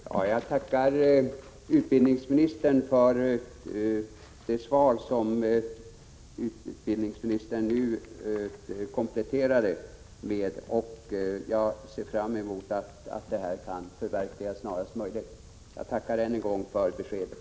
Herr talman! Jag tackar utbildningsministern för den komplettering av svaret som utbildningsministern nu gjorde. Jag ser fram emot att detta samarbete kan förverkligas snarast möjligt och tackar än en gång för beskedet.